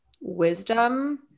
wisdom